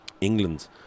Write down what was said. England